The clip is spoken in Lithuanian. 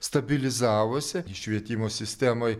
stabilizavosi švietimo sistemoj